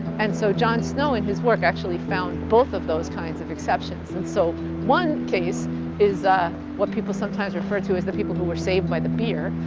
and so john snow, in his work, actually found both of those kinds of exceptions. and so one case is what people sometimes refer to as the people who were saved by the beer.